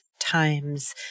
Times